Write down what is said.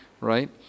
right